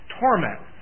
torment